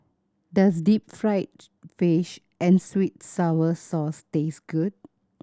does deep fried fish and sweet and sour sauce taste good